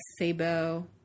sabo